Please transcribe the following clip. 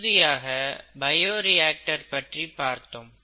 இறுதியாக பயோரியாக்டர் பற்றி பார்த்தோம்